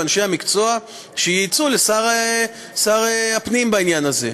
אנשי המקצוע שיעצו לשר הפנים בעניין הזה.